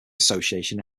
association